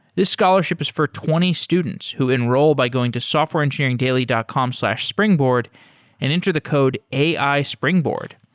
this scholarship is for twenty students who enroll by going to softwareengineeringdaily dot com slash springboard and enter the code ai springboard.